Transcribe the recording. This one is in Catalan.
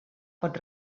pot